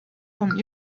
vom